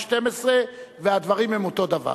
ב-2012, והדברים הם אותו דבר.